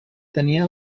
tenia